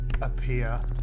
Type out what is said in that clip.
appear